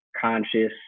conscious